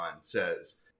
says